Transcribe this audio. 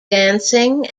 dancing